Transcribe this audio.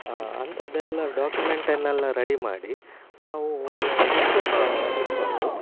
ಅಂಥದ್ದೆಲ್ಲ ಡಾಕ್ಯುಮೆಂಟನ್ನೆಲ್ಲ ರೆಡಿ ಮಾಡಿ ನಾವು ಇಟ್ಕೊ ಇಟ್ಟುಕೊಂಡು